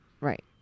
Right